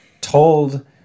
told